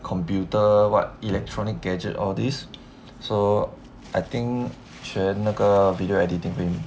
computer what electronic gadget all these so I think 学那个 video editing 会